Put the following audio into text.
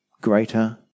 greater